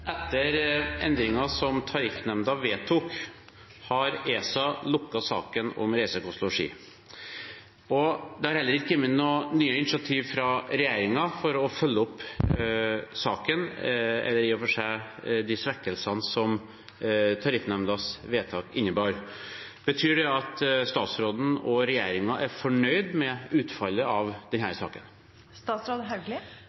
Etter endringen som Tariffnemnda vedtok, har ESA lukket saken om reise, kost og losji. Det har heller ikke kommet noen nye initiativer fra regjeringen for å følge opp saken eller de svekkelsene som Tariffnemndas vedtak innebar. Betyr det at statsråden og regjeringen er fornøyd med utfallet av